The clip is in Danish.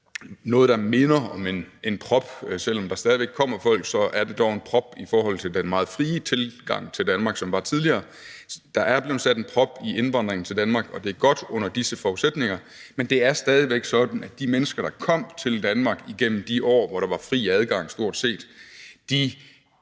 noget, der minder om en prop – selv om der stadig væk kommer folk, er det dog en prop i forhold til den meget frie tilgang til Danmark, som var tidligere – i indvandringen til Danmark, og det er godt nok under disse forudsætninger, men det er stadig væk sådan, at de mennesker, der kom til Danmark igennem de år, hvor der stort set